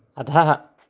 अधः